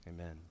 Amen